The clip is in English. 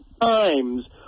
times